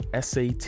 sat